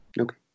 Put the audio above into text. Okay